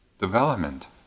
development